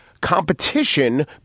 competition